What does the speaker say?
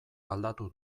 aldatu